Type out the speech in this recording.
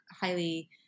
highly